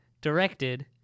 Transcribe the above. directed